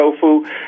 tofu